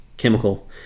chemical